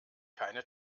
keine